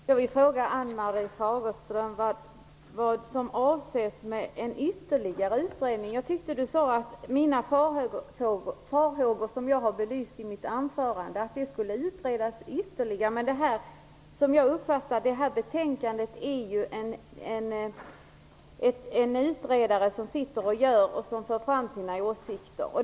Herr talman! Jag vill fråga Ann-Marie Fagerström vad som avses med ytterligare utredning. Jag tyckte att Ann-Marie Fagerström sade att de farhågor som jag har belyst i mitt anförande skall utredas ytterligare. Som jag uppfattar det är det en utredare som sitter och gör arbetet och för fram sina åsikter.